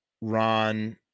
Ron